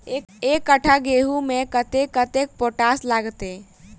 एक कट्ठा गेंहूँ खेती मे कतेक कतेक पोटाश लागतै?